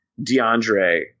DeAndre